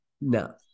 No